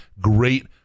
great